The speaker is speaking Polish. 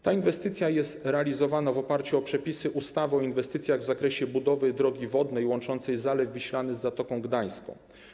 Ta inwestycja jest realizowana w oparciu o przepisy ustawy o inwestycjach w zakresie budowy drogi wodnej łączącej Zalew Wiślany z Zatoką Gdańską.